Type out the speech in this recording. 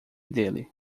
dele